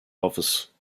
office